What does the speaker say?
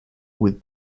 with